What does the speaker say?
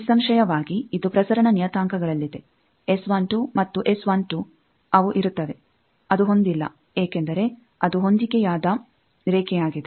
ನಿಸ್ಸಂಶಯವಾಗಿ ಇದು ಪ್ರಸರಣ ನಿಯತಾಂಕಗಳಲ್ಲಿದೆ ಮತ್ತು ಅವು ಇರುತ್ತವೆ ಅದು ಹೊಂದಿಲ್ಲ ಏಕೆಂದರೆ ಅದು ಹೊಂದಿಕೆಯಾದ ರೇಖೆಯಾಗಿದೆ